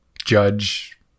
judge